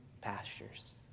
pastures